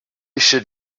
should